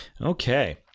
Okay